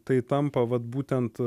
tai tampa vat būtent